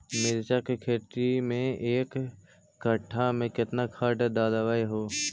मिरचा के खेती मे एक कटा मे कितना खाद ढालबय हू?